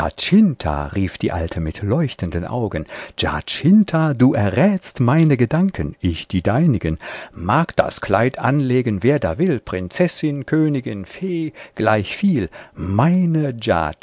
rief die alte mit leuchtenden augen giacinina du errätst meine gedanken ich die deinigen mag das kleid anlegen wer da will prinzessin königin fee gleichviel meine